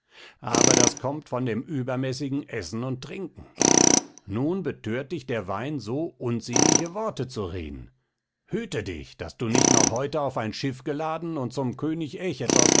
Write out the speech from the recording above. aber das kommt von dem unmäßigen essen und trinken nun bethört dich der wein so unziemliche worte zu reden hüte dich daß du nicht noch heute auf ein schiff geladen und zum könig